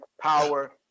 power